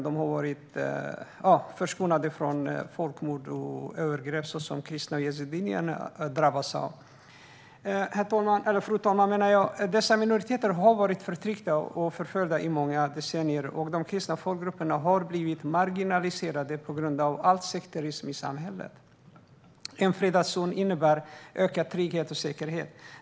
De har varit förskonade från folkmord och övergrepp, som kristna och yazidier har drabbats av. Fru talman! Dessa minoriteter har varit förtryckta och förföljda i många decennier, och de kristna folkgrupperna har blivit marginaliserade på grund av all sekterism i samhället. En fredad zon innebär ökad trygghet och säkerhet.